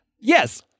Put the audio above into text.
Yes